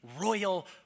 Royal